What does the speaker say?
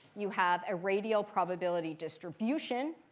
you have a radial probability distribution.